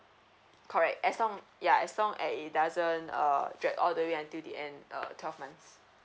correct as long yeah as long as it doesn't uh drag all the way until the end uh twelve months